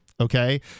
okay